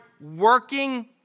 working